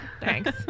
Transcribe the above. thanks